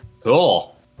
Cool